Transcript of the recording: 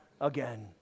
again